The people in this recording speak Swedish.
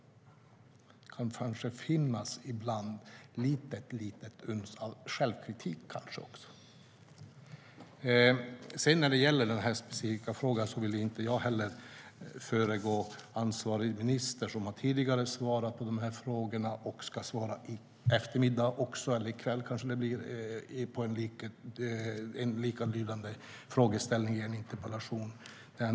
Det kanske kan finnas ett litet uns av självkritik ibland. När det gäller den här specifika frågan vill jag inte föregå ansvarig minister som har svarat på de här frågorna tidigare och som i kväll ska svara på en likalydande interpellation.